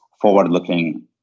forward-looking